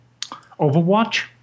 Overwatch